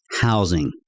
housing